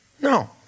No